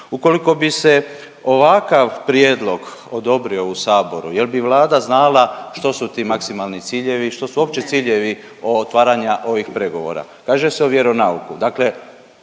Ukoliko bi se ovakav prijedlog odobrio u saboru jel bi Vlada znala što su ti maksimalni ciljevi, što su uopće ciljevi otvaranja ovih pregovora? Kaže se o vjeronauku,